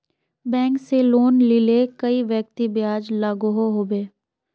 Bank से loan लिले कई व्यक्ति ब्याज लागोहो होबे?